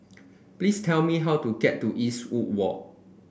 please tell me how to get to Eastwood Walk